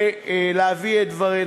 ולהביא את דברנו.